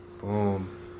Boom